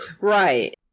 Right